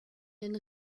den